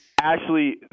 Ashley